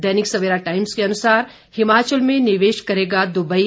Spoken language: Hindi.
दैनिक सवेरा टाइम्स के अनुसार हिमाचल में निवेश करेगा दुबई